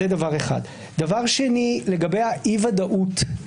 דבר שני, לגבי אי ודאות.